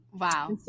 Wow